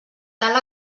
tal